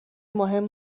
مهم